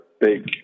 big